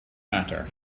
matter